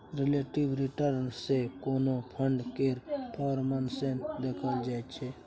relative return सँ कोनो fund केर परफॉर्मेस देखल जाइ छै